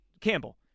Campbell